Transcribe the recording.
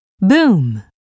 boom